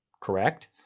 Correct